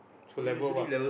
to level what